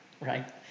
Right